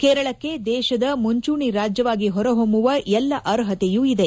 ಕೇರಳಕ್ಕೆ ದೇಶದ ಮುಂಚೂಣಿ ರಾಜ್ಯವಾಗಿ ಹೊರಹೊಮ್ಮುವ ಎಲ್ಲ ಅರ್ಹತೆಯೂ ಇದೆ